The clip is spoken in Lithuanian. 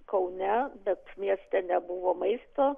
kaune bet mieste nebuvo maisto